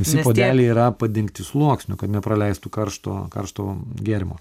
visi puodeliai yra padengti sluoksniu kad nepraleistų karšto karšto gėrimo